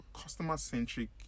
customer-centric